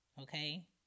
okay